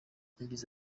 yagize